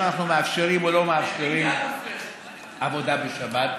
אנחנו מאפשרים או לא מאפשרים עבודה בשבת,